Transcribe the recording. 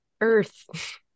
earth